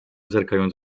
zerkając